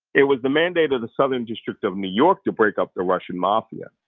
it was the mandate of the southern district of new york to break up the russian mafia.